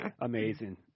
Amazing